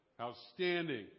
outstanding